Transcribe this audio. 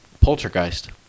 Poltergeist